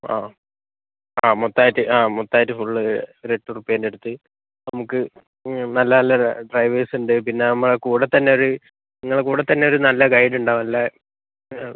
ആ മൊത്തം ആയിട്ട് മൊത്തം ആയിട്ട് ഫുൾ ഒരു എട്ട് ഉറുപ്യെന്റെ അടുത്ത് നമുക്ക് നല്ല നല്ല ഡ്രൈവേഴ്സ് ഉണ്ട് പിന്നെ നമ്മളെ കൂടെ തന്നെ ഒരു ഇങ്ങളെ കൂടെ തന്നെ ഒരു നല്ല ഗൈഡ് ഉണ്ടാവും നല്ല